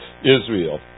Israel